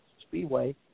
speedway